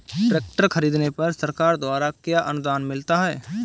Tractor खरीदने पर सरकार द्वारा क्या अनुदान मिलता है?